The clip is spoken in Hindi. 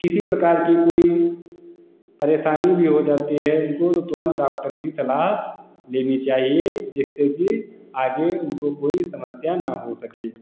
किसी प्रकार की कोई परेशानी भी हो जाती है इनको तो तुरंत डॉक्टर की सलाह लेनी चाहिए जिससे कि आगे उनको कोई समस्या ना हो सके